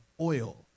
oil